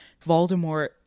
Voldemort